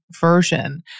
version